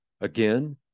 Again